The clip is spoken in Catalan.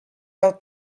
del